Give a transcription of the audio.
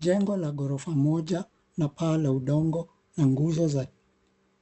Jengo la gorofa moja na paa la udongo na nguzo za